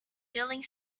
building